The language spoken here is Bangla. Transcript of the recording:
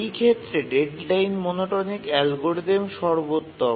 এই ক্ষেত্রে ডেডলাইন মনোটোনিক অ্যালগরিদম সর্বোত্তম